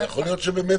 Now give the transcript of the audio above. ויכול להיות שבאמת